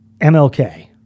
MLK